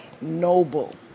noble